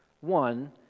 One